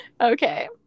Okay